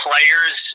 Players